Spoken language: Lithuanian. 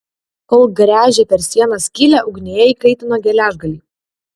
kol gręžė per sieną skylę ugnyje įkaitino geležgalį